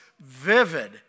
vivid